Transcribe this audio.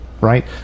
Right